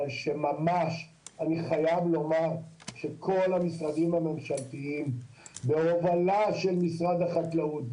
אבל אני ממש חייב לומר שכל המשרדים הממשלתיים בהובלה של משרד החקלאות,